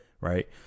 right